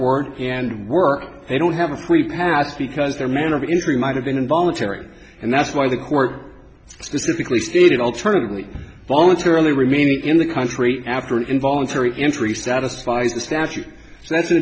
northward and work they don't have a free pass because their manner of injury might have been involuntary and that's why the court specifically stated alternatively voluntarily remaining in the country after an involuntary injury satisfies the statute that's an